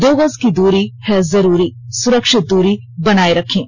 दो गज की दूरी हैजरूरी सुरक्षित दूरी बनाए रखें